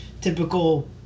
typical